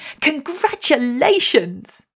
Congratulations